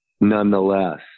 Nonetheless